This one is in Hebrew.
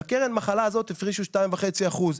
לקרן המחלה הזאת הפרישו 2.5 אחוזים.